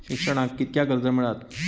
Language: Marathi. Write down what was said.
शिक्षणाक कीतक्या कर्ज मिलात?